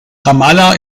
ramallah